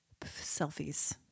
Selfies